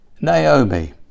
Naomi